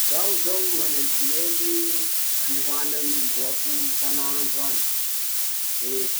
Zaho zao manenty mail any ho any amy indroampolo isanandro any, eh.